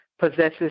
possesses